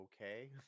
okay